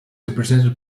represented